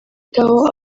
aho